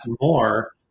more